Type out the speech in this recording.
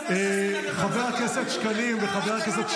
חבר הכנסת שקלים וחבר הכנסת שירי.